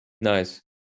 Nice